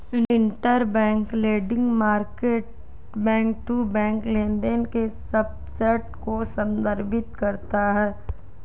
interbank lending market back to back लेनदेन के subset को संदर्भित करता है